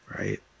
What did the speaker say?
right